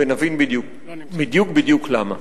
ונבין בדיוק בדיוק למה.